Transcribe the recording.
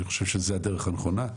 אני חושב שזו הדרך הנכונה.